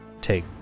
take